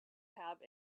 have